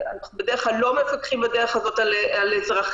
בדרך כלל לא מפקחים בדרך הזאת על אזרחים,